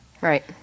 Right